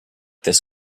this